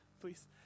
please